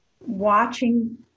watching